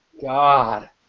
God